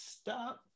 stop